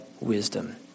wisdom